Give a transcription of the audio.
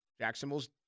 Jacksonville's